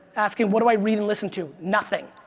asking what do i read and listen to. nothing.